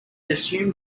assumed